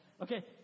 Okay